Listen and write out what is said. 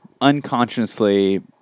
unconsciously